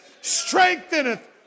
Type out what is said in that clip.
strengtheneth